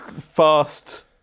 fast